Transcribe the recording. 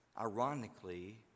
Ironically